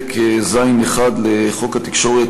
פרק ז'1 בחוק התקשורת,